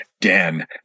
Dan